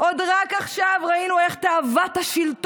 עוד רק עכשיו ראינו איך תאוות השלטון